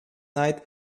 night